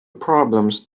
problems